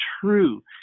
true